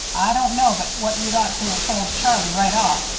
i don't know but what you'd ought to a told charlie right off.